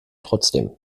trotzdem